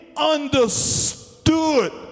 understood